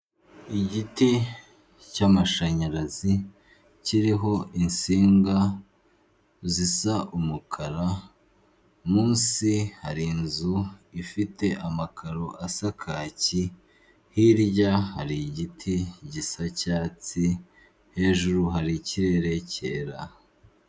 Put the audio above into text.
Igiti cyamashanyarazi kiriho insinga zisa umukara, munsi hari inzu ifite amakaro asa kaki, hirya hari igiti gisa icyatsi, hejuru hari ikirere cyera.